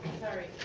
sorry.